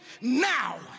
now